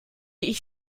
ich